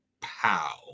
pow